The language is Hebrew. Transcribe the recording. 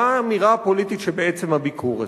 מה האמירה הפוליטית שבעצם הביקור הזה?